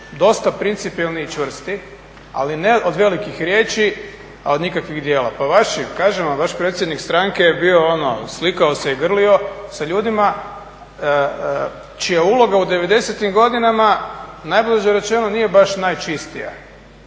dosta principijelni i čvrsti, ali ne od velikih riječi, a od nikakvih djela. Pa vaši, kažem vam vaš predsjednik stranke je bio ono slikao se i grlio sa ljudima čija uloga u '90-im godinama najblaže rečeno nije baš najčistija.